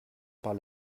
par